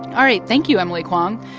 all right. thank you, emily kwong.